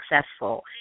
successful